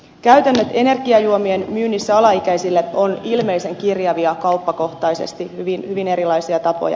käytännöt energiajuomien myynnissä alaikäisille ovat ilmeisen kirjavia kauppakohtaisesti on hyvin erilaisia tapoja